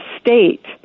state